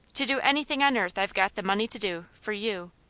to do anything on earth i've got the money to do, for you.